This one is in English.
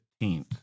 15th